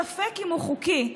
ספק אם הוא חוקי.